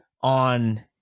on